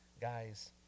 guys